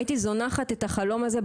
הייתי זונחת את החלום הזה.